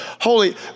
holy